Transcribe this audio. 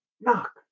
knock